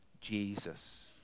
Jesus